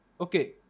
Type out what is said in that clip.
Okay